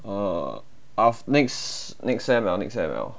uh of next next sem~ liao next sem~ liao